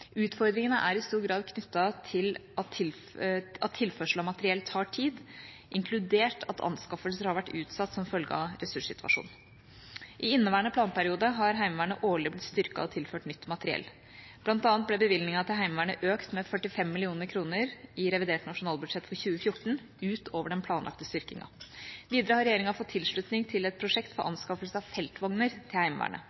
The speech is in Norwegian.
Utfordringene er i stor grad knyttet til at tilførsel av materiell tar tid, inkludert at anskaffelser har vært utsatt som følge av ressurssituasjonen. I inneværende planperiode har Heimevernet årlig blitt styrket og tilført nytt materiell. Blant annet ble bevilgningen til Heimevernet økt med 45 mill. kr i revidert nasjonalbudsjett for 2014 utover den planlagte styrkingen. Videre har regjeringa fått tilslutning til et prosjekt for